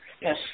Yes